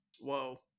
Whoa